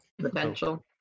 potential